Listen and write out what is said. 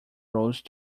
rose